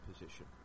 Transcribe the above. position